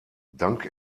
dank